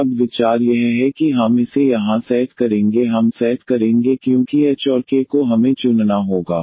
और अब विचार यह है कि हम इसे यहां सेट करेंगे हम सेट करेंगे क्योंकि h और k को हमें चुनना होगा